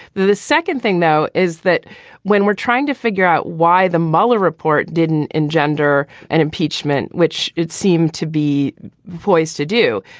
the second thing now is that when we're trying to figure out why the mueller report didn't engender an impeachment, which it seemed to be poised to do.